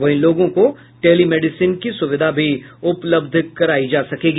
वहीं लोगों को टेलिमेडिसिन की सुविधा भी उपलब्ध करायी जा सकेगी